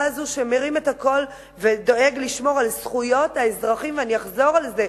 הזאת שמרים את הקול ודואג לשמור על זכויות האזרחים ואני אחזור על זה,